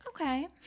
Okay